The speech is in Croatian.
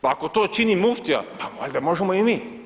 Pa ako to čini muftija, pa valjda možemo i mi.